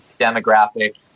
demographic